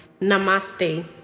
Namaste